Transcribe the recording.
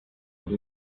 what